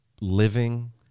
living